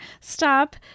stop